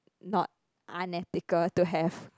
not unethical to have